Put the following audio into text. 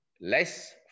less